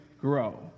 Grow